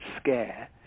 scare